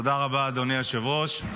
תודה רבה, אדוני היושב-ראש.